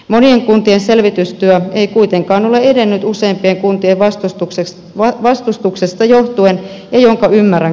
monien kuntien selvitystyö ei kuitenkaan ole edennyt useimpien kuntien vastustuksesta johtuen minkä ymmärrän kyllä täysin